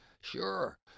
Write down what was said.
Sure